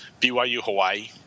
BYU-Hawaii